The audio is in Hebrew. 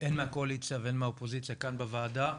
הן מהקואליציה והן מהאופוזיציה כאן בוועדה,